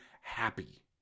happy